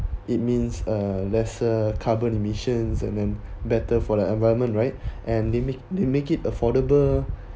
it means uh lesser carbon emissions and then better for the environment right and they make they make it affordable